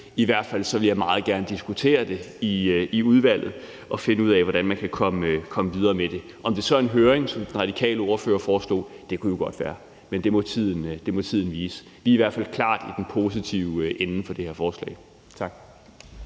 I hvert fald vil jeg meget gerne diskutere det i udvalget og finde ud af, hvordan man kan komme videre med det. Om det så er ved en høring, som den radikale ordfører foreslog, kunne jo godt være. Men det må tiden vise. Vi er i hvert fald klart i den positive ende i forhold til det her forslag. Tak.